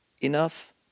enough